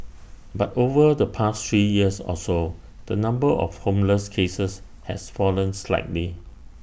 but over the past three years or so the number of homeless cases has fallen slightly